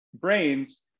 brains